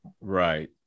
Right